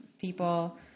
people